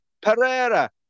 Pereira